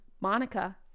Monica